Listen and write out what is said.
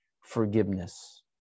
forgiveness